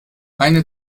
eine